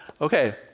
Okay